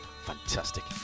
fantastic